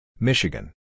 Michigan